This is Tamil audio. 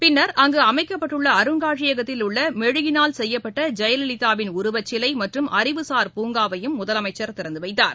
பின்னர் அங்குஅமைக்கப்பட்டுள்ளஅருங்காட்சியகத்தில் உள்ளமெழுகினால் செய்யப்பட்டஜெயலலிதாவின் உருவச்சிலைமற்றும் அறிவுசார் பூங்காவையும் முதலமைச்சர் திறந்துவைத்தார்